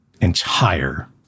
entire